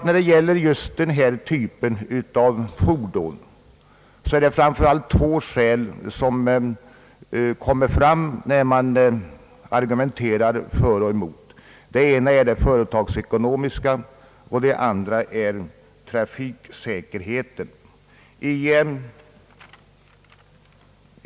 När det gäller just denna typ av fordon är det framför allt två skäl som anföres när man argumenterar för och emot. Det ena skälet är det företagsekonomiska och det andra är det trafiksäkerhetstekniska.